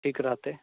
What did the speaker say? ठीक रहतै